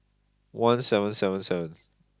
one seven seven seven